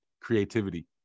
creativity